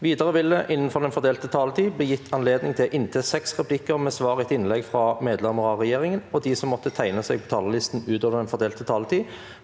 Videre vil det – innenfor den fordelte taletid – bli gitt anledning til inntil seks replikker med svar etter innlegg fra medlemmer av regjeringen, og de som måtte tegne seg på talerlisten utover den fordelte taletid,